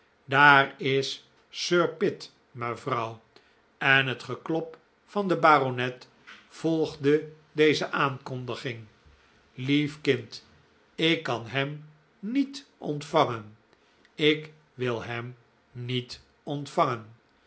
daar is sir pitt mevrouw en het geklop van den baronet volgde deze aankondiging lief kind ik kan hem niet ontvangen ik wil hem niet ontvangen